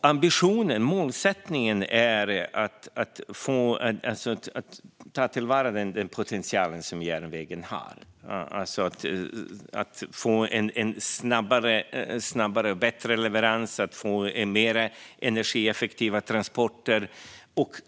Ambitionen och målsättningen är att ta till vara den potential som järnvägen har - att få snabbare och bättre leveranser och mer energieffektiva transporter.